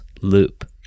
loop